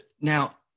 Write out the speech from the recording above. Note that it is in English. now